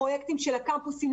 פרויקטים של הקמפוסים.